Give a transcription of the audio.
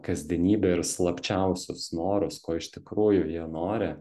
kasdienybę ir slapčiausius norus ko iš tikrųjų jie nori